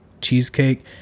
cheesecake